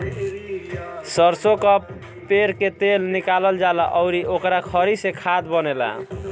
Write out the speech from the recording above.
सरसो कअ पेर के तेल निकालल जाला अउरी ओकरी खरी से खाद बनेला